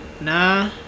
Nah